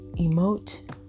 emote